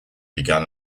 began